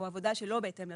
או עבודה שלא בהתאם לרישיון.